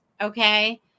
okay